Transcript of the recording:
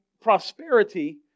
prosperity